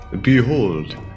Behold